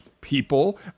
people